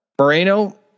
Moreno